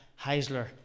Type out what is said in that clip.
Heisler